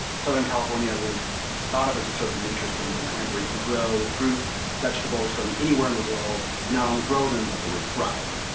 southern california was thought of as a sort of nature's wonderland where he could grow fruit vegetables from anywhere in the world, and not only grow them, but they would thrive.